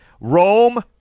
Rome